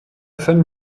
femme